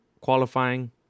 qualifying